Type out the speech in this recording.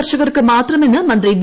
കർഷകർക്ക് മാത്രമെന്ന് മന്ത്രി വി